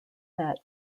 that